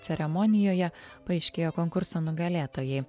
ceremonijoje paaiškėjo konkurso nugalėtojai